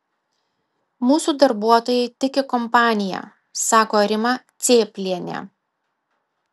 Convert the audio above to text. mūsų darbuotojai tiki kompanija sako rima cėplienė